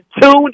tune